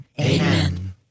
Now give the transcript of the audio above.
Amen